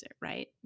Right